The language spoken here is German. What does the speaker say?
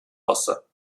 wasser